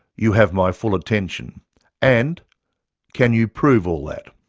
you have my full attention and can you prove all that?